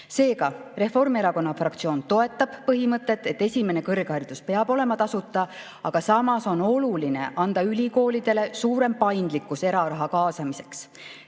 Seega, Reformierakonna fraktsioon toetab põhimõtet, et esimene kõrgharidus peab olema tasuta, samas on oluline anda ülikoolidele suurem paindlikkus eraraha kaasamiseks.